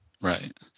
Right